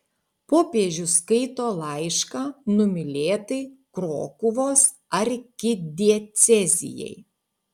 popiežius skaito laišką numylėtai krokuvos arkidiecezijai